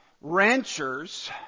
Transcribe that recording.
ranchers